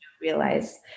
realize